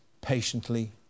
patiently